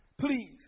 Please